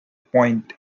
point